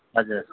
हजुर